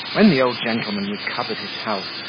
when the old gentleman recovered his health,